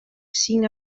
cinc